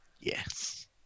Yes